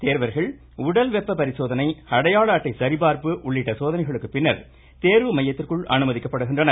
தேர்வர்கள் உடல் வெப்ப பரிசோதனை அடையாள அட்டை சரிபார்ப்பு உள்ளிட்ட சோதனைகளுக்குப்பின்னர் தேர்வு மையத்திற்குள் அனுமதிக்கப்படுகின்றனர்